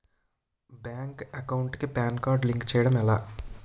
Bank account కి PAN card link చేయడం ఎలా?